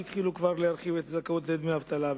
והתחילו כבר להרחיב את הזכאות לדמי אבטלה.